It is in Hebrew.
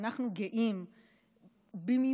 ואנחנו גאים במיוחד,